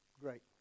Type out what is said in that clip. great